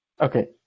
Okay